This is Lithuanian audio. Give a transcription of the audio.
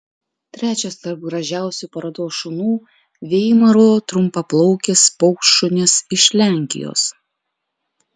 trečias tarp gražiausių parodos šunų veimaro trumpaplaukis paukštšunis iš lenkijos